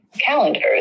calendars